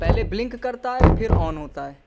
پہلے بلنک کرتا ہے پھر آن ہوتا ہے